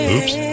Oops